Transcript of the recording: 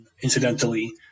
Incidentally